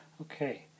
Okay